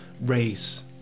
race